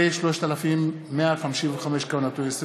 פ/3155/20,